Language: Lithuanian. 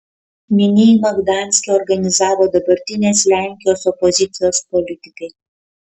minėjimą gdanske organizavo dabartinės lenkijos opozicijos politikai